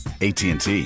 ATT